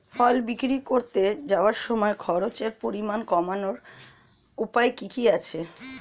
ফসল বিক্রি করতে যাওয়ার সময় খরচের পরিমাণ কমানোর উপায় কি কি আছে?